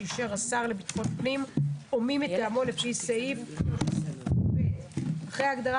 שאישר השר לביטחון הפנים או מי מטעמו לפי סעיף 3ו,"; (ב)אחרי ההגדרה